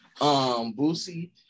Boosie